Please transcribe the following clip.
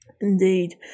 Indeed